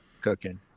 cooking